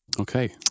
okay